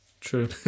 True